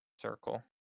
Circle